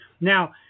Now